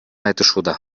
айтышууда